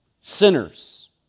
sinners